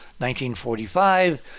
1945